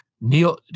Neil